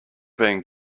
being